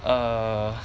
err